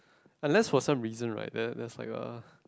unless for some reason right there there's like a